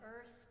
earth